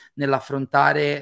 nell'affrontare